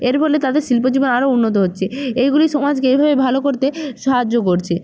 এর ফলে তাদের শিল্প জীবন আরো উন্নত হচ্ছে এইগুলি সমাজকে এইভাবে ভালো করতে সাহায্য করছে